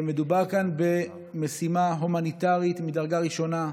מדובר כאן במשימה הומניטרית מדרגה ראשונה.